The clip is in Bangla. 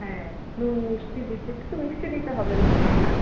হ্যাঁ নুন মিষ্টি দিতে একটু তো মিষ্টি দিতে হবে মনে হয় না